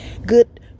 Good